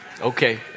okay